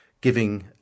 giving